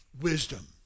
wisdom